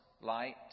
light